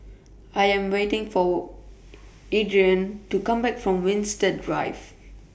I Am waiting For Iridian to Come Back from Winstedt Drive